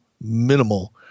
minimal –